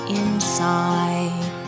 inside